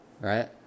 right